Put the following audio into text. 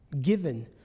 given